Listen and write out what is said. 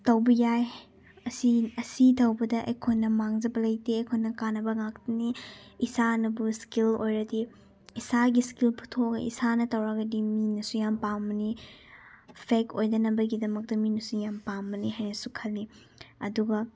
ꯇꯧꯕ ꯌꯥꯏ ꯑꯁꯤ ꯑꯁꯤ ꯇꯧꯕꯗ ꯑꯩꯈꯣꯏꯅ ꯃꯥꯡꯖꯕ ꯂꯩꯇꯦ ꯑꯩꯈꯣꯏꯅ ꯀꯥꯟꯅꯕ ꯉꯥꯛꯇꯅꯤ ꯏꯁꯥꯅꯕꯨ ꯏꯁꯀꯤꯜ ꯑꯣꯏꯔꯗꯤ ꯏꯁꯥꯒꯤ ꯏꯁꯀꯤꯜ ꯄꯨꯊꯣꯛꯑꯒ ꯏꯁꯥꯅ ꯇꯧꯔꯒꯗꯤ ꯃꯤꯅꯁꯨ ꯌꯥꯝ ꯄꯥꯝꯕꯅꯤ ꯐꯦꯛ ꯑꯣꯏꯗꯅꯕꯒꯤ ꯃꯤꯅꯁꯨ ꯌꯥꯝ ꯄꯥꯝꯕꯅꯤ ꯍꯥꯏꯅꯁꯨ ꯈꯜꯂꯤ ꯑꯗꯨꯒ